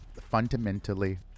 fundamentally